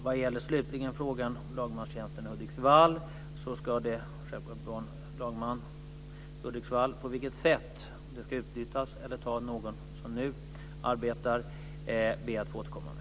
Vad slutligen gäller lagmanstjänsten i Hudiksvall ska det självklart vara en lagman i Hudiksvall. På vilket sätt det ska ske, om det ska ske ett utbyte eller om man ska ta någon som nu arbetar där, ber jag att få återkomma med.